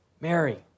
Mary